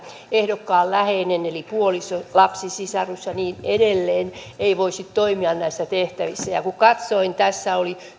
ehdokkaan läheinen eli puoliso lapsi sisarus ja niin edelleen voisi toimia näissä tehtävissä ja ja kun katsoin tätä tässä oli